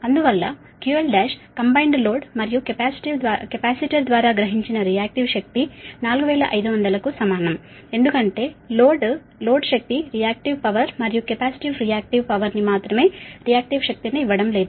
అందువల్ల QL1 combined load మరియు capacitor ద్వారా గ్రహించిన రియాక్టివ్ శక్తి 4500 కు సమానం ఎందుకంటే లోడ్ శక్తి రియాక్టివ్ పవర్ మరియు కెపాసిటర్ రియాక్టివ్ పవర్ని మాత్రమే రియాక్టివ్ శక్తిని ఇవ్వడం లేదు